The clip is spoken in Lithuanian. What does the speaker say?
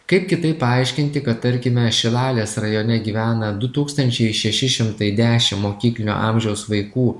kaip kitaip paaiškinti kad tarkime šilalės rajone gyvena du tūkstančiai šeši šimtai dešim mokyklinio amžiaus vaikų